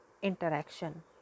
Interaction